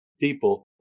people